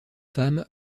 femme